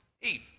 Eve